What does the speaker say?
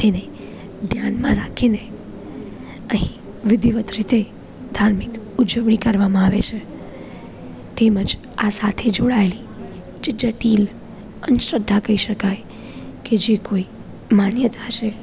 તેને ધ્યાનમાં રાખીને અહીં વિધિવત રીતે ધાર્મિક ઉજવણી કરવામાં આવે છે તેમજ આ સાથે જોડાયેલી જે જટિલ અંધ શ્રદ્ધા કહી શકાય કે જે કોઈ માન્યતા છે